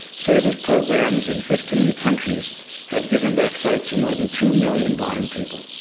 seva's programs in fifteen countries have given back sight to more than two million blind people.